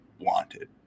wanted